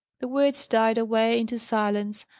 the words died away into silence,